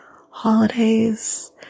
holidays